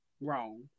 wrong